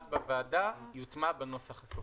מה שהוחלט בוועדה, יוטמע בנוסח הסופי.